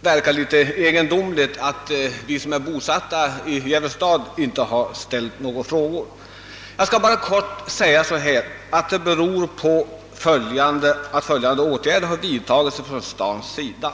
verka egendomligt att vi som är bosatta i Gävle inte har ställt några frågor. Detta beror på att följande åtgärder har vidtagits av stadens myndigheter.